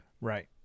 Right